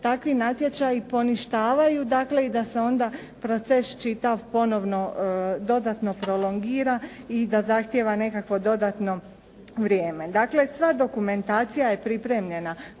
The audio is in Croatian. takvi natječaji poništavaju, dakle i da se onda proces čitav ponovno dodatno prolongira i da zahtjeva nekakvo dodatno vrijeme. Dakle, sva dokumentacija je pripremljena